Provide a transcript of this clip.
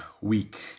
week